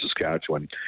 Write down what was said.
Saskatchewan